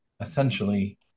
essentially